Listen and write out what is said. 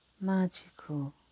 magical